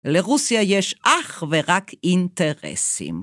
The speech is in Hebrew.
לרוסיה יש אך ורק אינטרסים.